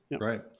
Right